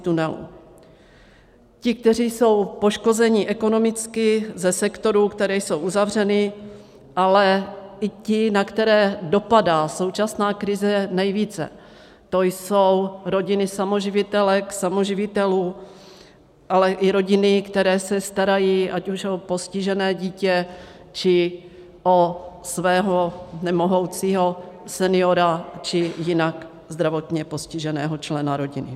Ti, kteří jsou poškozeni ekonomicky ze sektorů, které jsou uzavřeny, ale i ti, na které dopadá současná krize nejvíce, to jsou rodiny samoživitelek, samoživitelů, ale i rodiny, které se starají ať už o postižené dítě, či o svého nemohoucího seniora, či jinak zdravotně postiženého člena rodiny.